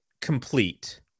complete